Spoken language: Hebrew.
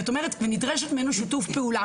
ונדרש ממנו שיתוף פעולה,